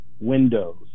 windows